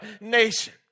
nation